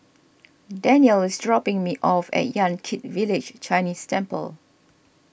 Dannielle is dropping me off at Yan Kit Village Chinese Temple